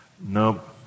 Nope